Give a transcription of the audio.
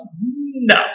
no